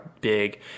big